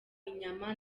inyama